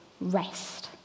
rest